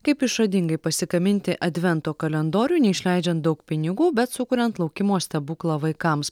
kaip išradingai pasigaminti advento kalendorių neišleidžiant daug pinigų bet sukuriant laukimo stebuklą vaikams